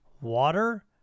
Water